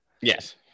Yes